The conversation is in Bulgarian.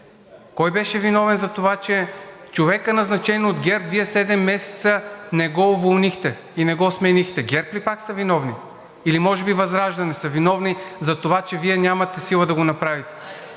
Кой беше виновен за това, че човекът, назначен от ГЕРБ, Вие седем месеца не го уволнихте и не го сменихте? ГЕРБ ли пак са виновни, или може би ВЪЗРАЖДАНЕ са виновни за това, че Вие нямате сила да го направите?